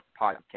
podcast